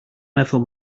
meddwl